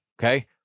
Okay